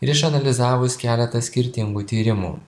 ir išanalizavus keletą skirtingų tyrimų